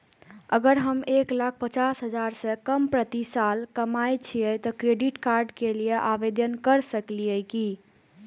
अगर हम एक लाख पचास हजार से कम प्रति साल कमाय छियै त क्रेडिट कार्ड के लिये आवेदन कर सकलियै की?